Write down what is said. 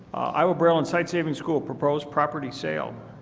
iowa braille and sites saving school property property sale.